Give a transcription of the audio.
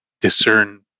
discern